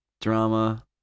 drama